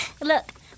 Look